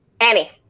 Annie